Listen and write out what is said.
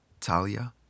Talia